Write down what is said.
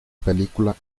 película